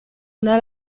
una